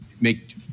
make